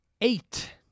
eight